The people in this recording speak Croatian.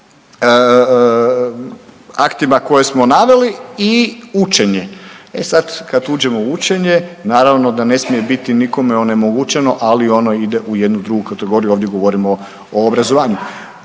aktima koje smo naveli i učenje. E sad kad uđemo u učenje naravno da ne smije biti nikome onemogućeno, ali ono ide u jednu drugu kategoriju, ovdje govorimo o obrazovanju.